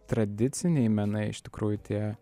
tradiciniai menai iš tikrųjų tie